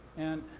and